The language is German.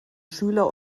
schüler